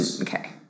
Okay